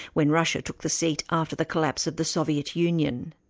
when russia took the seat after the collapse of the soviet union.